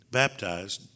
baptized